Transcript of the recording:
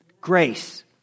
Grace